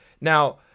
Now